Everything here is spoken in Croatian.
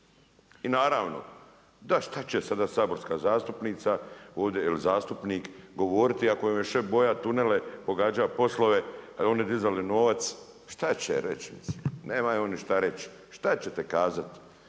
I naravno, da šta će sada saborska zastupnica ovdje ili zastupnik govoriti ako im je šef boja tunele, pogađa poslove, a oni dizali novac. Šta će reći? Mislim, nemaju oni šta reći. Šta ćete kazati?